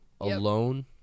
Alone